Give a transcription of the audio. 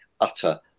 utter